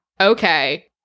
Okay